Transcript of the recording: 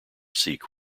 seek